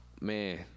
man